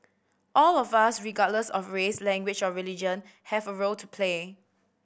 all of us regardless of race language or religion have a role to play